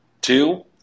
Two